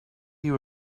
you